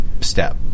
step